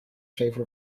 favor